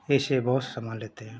ऐसे बहुत सामान लेते हैं